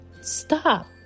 stop